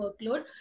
workload